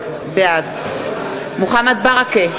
בעד מוחמד ברכה,